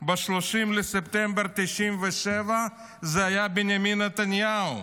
ב-30 בספטמבר 1997 היה בנימין נתניהו,